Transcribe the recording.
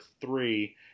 three